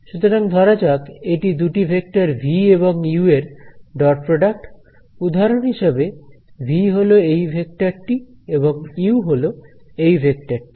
সুতরাং ধরা যাক এটি দুটি ভেক্টর ভি এবং ইউ এর ডট প্রোডাক্ট উদাহরণ হিসেবে ভি হলো এই ভেক্টর টি এবং ইউ হল এই ভেক্টর টি